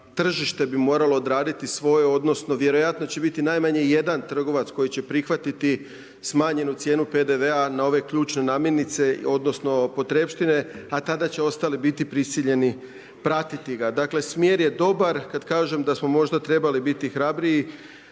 tržište bi moralo odraditi svoje odnosno vjerojatno će biti najmanje jedan trgovac koji će prihvatiti smanjenu cijenu PDV-a na ove ključne namirnice odnosno potrepštine a kada će ostali biti prisiljeni pratiti ga. Dakle, smjer je dobar kad kažem da smo možda trebali biti hrabriji,